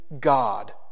God